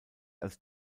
als